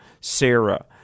Sarah